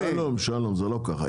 שלום, זה לא כך.